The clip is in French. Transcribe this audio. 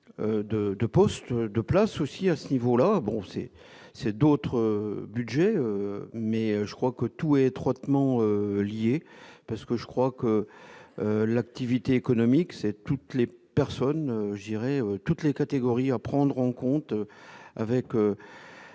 de postes de place aussi à ce niveau-là, bon c'est c'est d'autres Budgets mais je crois que tout est étroitement lié, parce que je crois que l'activité économique, c'est toutes les personnes je dirais toutes les catégories à prendre en compte avec